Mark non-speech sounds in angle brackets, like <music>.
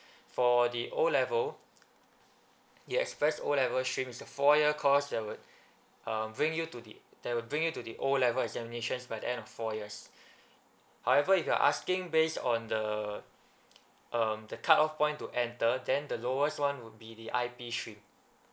for the O level the express O level shrinks the four year course that would um bring you to the that will bring you to the O level examinations by the end of four years <breath> however if you're asking base on the um the cut off point to enter then the lowest one would be the I_P steam